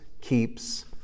keeps